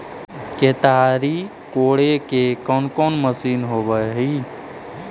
केताड़ी कोड़े के कोन मशीन होब हइ?